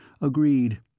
agreed